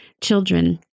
children